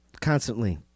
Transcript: Constantly